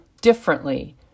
differently